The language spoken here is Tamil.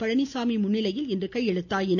பழனிசாமி முன்னிலையில் இன்று கையெழுத்தாகின